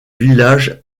village